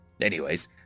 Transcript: Anyways